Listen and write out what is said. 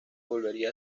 volvería